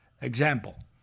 example